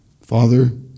father